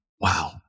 Wow